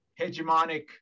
hegemonic